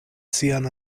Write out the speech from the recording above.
sian